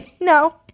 no